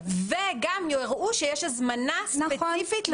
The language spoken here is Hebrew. גם יראו שיש הזמנה ספציפית.